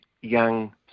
young